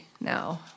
now